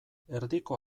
erdiko